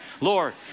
Lord